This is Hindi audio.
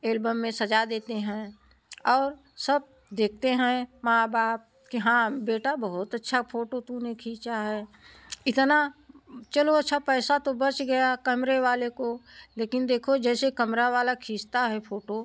एलबम में सजा देते हैं और सब देखते हैं माँ बाप कि हाँ बेटा बहुत अच्छा फोटो तूने खींचा है इतना चलो अच्छा पैसा तो बच गया कैमरे वाले को लेकिन देखो जैसे कैमरा वाला खींचता है फोटो